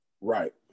Right